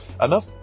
Enough